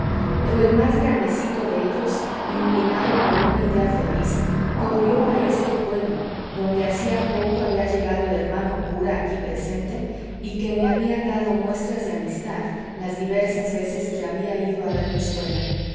pero el más grandecito de ellos iluminado por una idea feliz corrió a este pueblo donde hacía poco había llegado el hermano cura aquí presente y que me había dado muestras de amistad las diversas veces que había ido a ver mi escuela